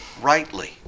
rightly